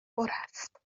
است